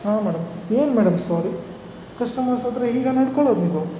ಹಾಂ ಮೇಡಮ್ ಏನು madam sorry customers ಹತ್ರ ಹೀಗಾ ನಡ್ಕೊಳೋದು ನೀವು